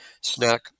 snack